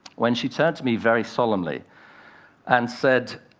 when she turned to me very solemnly and said,